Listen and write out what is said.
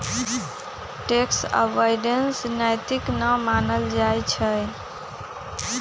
tax avoidance नैतिक न मानल जाइ छइ